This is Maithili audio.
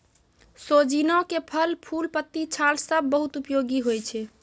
सोजीना के फल, फूल, पत्ती, छाल सब बहुत उपयोगी होय छै